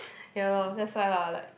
ya loh that's why lah like